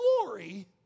glory